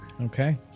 Okay